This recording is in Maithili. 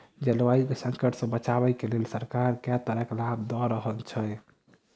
जलवायु केँ संकट सऽ बचाबै केँ लेल सरकार केँ तरहक लाभ दऽ रहल छै?